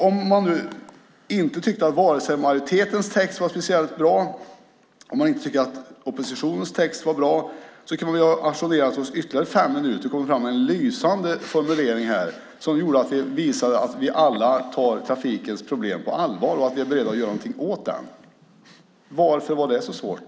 Om vi inte tyckte att majoritetens text var speciellt bra, om vi inte tyckte att oppositionens text var bra, kunde vi ha ajournerat oss ytterligare fem minuter och sedan kommit fram till en lysande formulering som hade gjort att vi kunde visa att vi alla tar trafikens problem på allvar och är beredda att göra något åt dem. Varför var det så svårt?